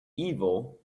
evil